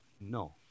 No